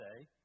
say